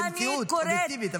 זאת מציאות אובייקטיבית,